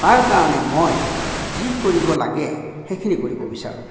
তাৰ কাৰণে মই যি কৰিব লাগে সেইখিনি কৰিব বিচাৰোঁ